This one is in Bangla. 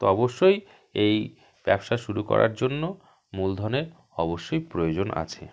তো অবশ্যই এই ব্যবসা শুরু করার জন্য মূলধনের অবশ্যই প্রয়োজন আছে